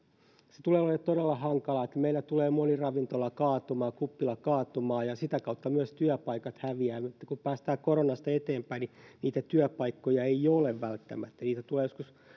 se tulee olemaan todella hankalaa meillä tulee moni ravintola kaatumaan kuppila kaatumaan ja sitä kautta myös työpaikat häviävät kun me pääsemme koronasta eteenpäin niin niitä työpaikkoja ei ole välttämättä niitä tulee joskus